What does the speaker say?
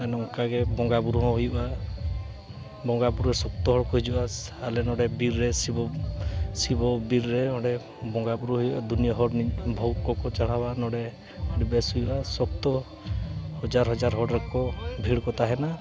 ᱟᱨ ᱱᱚᱝᱠᱟᱜᱮ ᱵᱚᱸᱜᱟ ᱵᱳᱨᱳ ᱦᱚᱸ ᱦᱩᱭᱩᱜᱼᱟ ᱵᱚᱸᱜᱟ ᱵᱳᱨᱳ ᱥᱚᱠᱛᱚ ᱦᱚᱲ ᱠᱚ ᱦᱤᱡᱩᱜᱼᱟ ᱟᱞᱮ ᱱᱚᱰᱮ ᱵᱤᱨ ᱨᱮ ᱥᱤᱵᱚ ᱥᱚᱵᱚ ᱵᱤᱨ ᱨᱮ ᱚᱸᱰᱮ ᱵᱚᱸᱜᱟ ᱵᱳᱨᱳ ᱦᱩᱭᱩᱜᱼᱟ ᱫᱩᱱᱤᱭᱟᱹ ᱦᱚᱲ ᱵᱷᱳᱜᱽ ᱠᱚ ᱪᱟᱲᱦᱟᱣᱟ ᱱᱚᱰᱮ ᱟᱹᱰᱤ ᱵᱮᱹᱥ ᱦᱩᱭᱩᱜᱼᱟ ᱥᱚᱠᱛᱚ ᱦᱟᱡᱟᱨ ᱦᱟᱡᱟᱨ ᱦᱚᱲ ᱠᱚ ᱵᱷᱤᱲ ᱠᱚ ᱛᱟᱦᱮᱱᱟ